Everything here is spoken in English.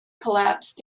collapsed